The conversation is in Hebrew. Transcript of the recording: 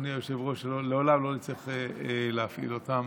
אדוני היושב-ראש, שלעולם לא נצטרך להפעיל אותן,